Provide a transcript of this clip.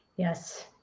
Yes